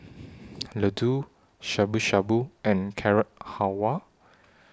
Ladoo Shabu Shabu and Carrot Halwa